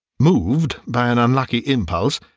moved by an unlucky impulse,